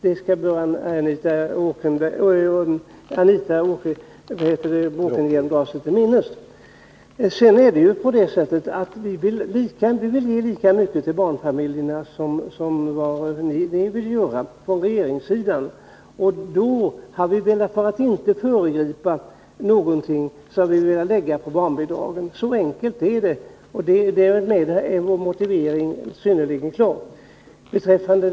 Det skall Anita Bråkenhielm dra sig till minnes. Sedan är det så att vi vill ge lika mycket till barnfamiljerna som ni vill göra på regeringssidan. För att inte föregripa utredningen har vi velat lägga stödet på bostadsbidraget. Så enkelt är det. Därmed är vår motivering synnerligen klar.